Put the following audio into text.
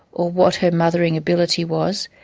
or what her mothering ability was.